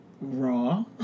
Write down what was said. raw